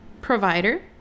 provider